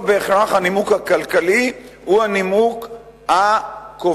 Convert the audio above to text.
לא בהכרח הנימוק הכלכלי הוא הנימוק הקובע,